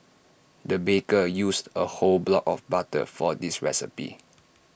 the baker used A whole block of butter for this recipe